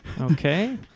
Okay